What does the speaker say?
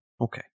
Okay